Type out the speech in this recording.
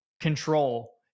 control